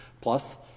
plus